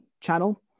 channel